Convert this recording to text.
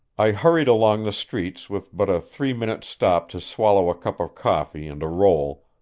i hurried along the streets with but a three-minute stop to swallow a cup of coffee and a roll,